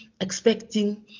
expecting